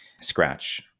scratch